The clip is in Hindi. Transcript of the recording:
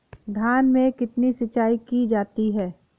धान में कितनी सिंचाई की जाती है?